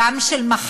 גם של מחלות,